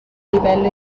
livello